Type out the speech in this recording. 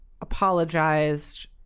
apologized